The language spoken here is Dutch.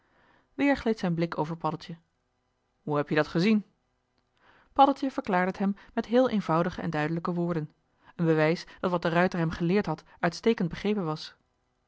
gleed zijn blik over paddeltje hoe heb-je dat gezien paddeltje verklaarde t hem met heel eenvoudige en duidelijke woorden een bewijs dat wat de ruijter hem geleerd had uitstekend begrepen was